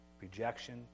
Rejection